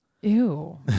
ew